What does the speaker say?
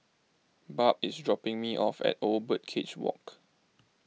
Barb is dropping me off at Old Birdcage Walk